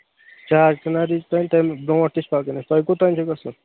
چار چِنٲری چھِ تَمہِ برٛونٛٹھ تہِ چُھ پَکُن اَسہِ تۄہہِ کوٚتام چھُ گژھُن